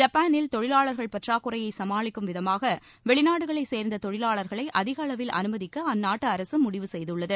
ஜப்பானில் தொழிலாளா்கள் பற்றாக்குறையை சமாளிக்கும் விதமாக வெளிநாடுகளைச் சேர்ந்த தொழிலாளர்களை அதிக அளவில் அனுமதிக்க அந்நாட்டு அரசு முடிவு செய்துள்ளது